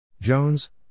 Jones